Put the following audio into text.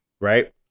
right